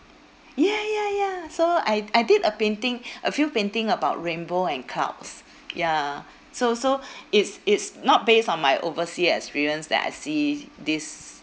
ya ya ya so I I did a painting a few painting about rainbow and clouds ya so so it's it's not based on my oversea experience that I see this